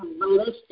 ballistic